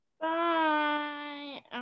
Bye